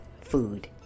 food